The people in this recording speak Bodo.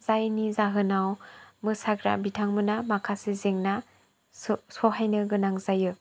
जायनि जाहोनाव मोसाग्रा बिथां मोनहा माखासे जेंना सहायनो गोनां जायो